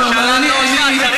כשהממשלה לא עושה,